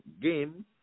game